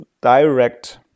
direct